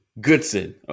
Goodson